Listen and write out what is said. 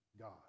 God